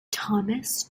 thomas